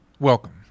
Welcome